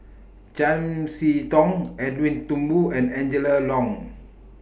Chiam See Tong Edwin Thumboo and Angela Liong